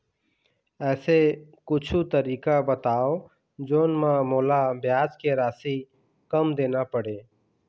ऐसे कुछू तरीका बताव जोन म मोला ब्याज के राशि कम देना पड़े?